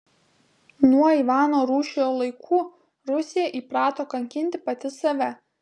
nuo ivano rūsčiojo laikų rusija įprato kankinti pati save